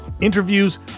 interviews